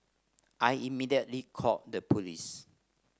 I immediately called the police